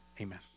Amen